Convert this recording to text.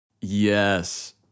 Yes